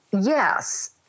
yes